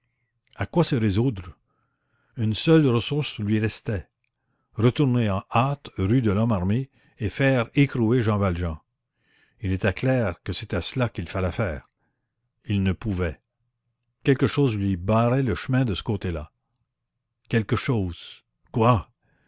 à quoi se résoudre une seule ressource lui restait retourner en hâte rue de lhomme armé et faire écrouer jean valjean il était clair que c'était cela qu'il fallait faire il ne pouvait quelque chose lui barrait le chemin de ce côté-là quelque chose quoi